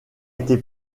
été